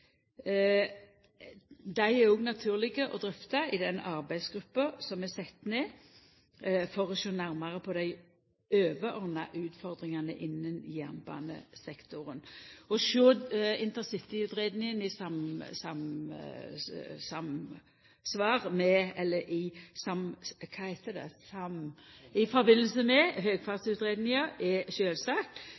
Dei er òg naturlege å drøfta i den arbeidsgruppa som er sett ned for å sjå nærare på dei overordna utfordringane innan jernbanesektoren. Det å sjå intercityutgreiinga i tilknyting til høgfartsutgreiinga er sjølvsagt. Lat meg berre understreka til slutt: Vi gjennomfører det som mange parti i